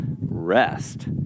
rest